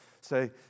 Say